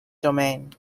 domain